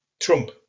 Trump